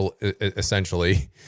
essentially